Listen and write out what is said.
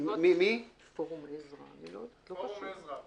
"פורום עזרא".